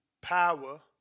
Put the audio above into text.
power